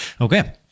Okay